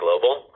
global